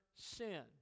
sin